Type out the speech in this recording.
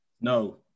No